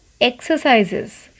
exercises